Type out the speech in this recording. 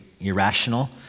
irrational